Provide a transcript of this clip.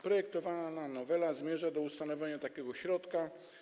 Projektowana nowela zmierza do ustanowienia takiego środka.